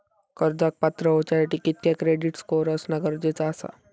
कर्जाक पात्र होवच्यासाठी कितक्या क्रेडिट स्कोअर असणा गरजेचा आसा?